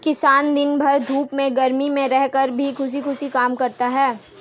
किसान दिन भर धूप में गर्मी में रहकर भी खुशी खुशी काम करता है